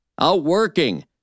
outworking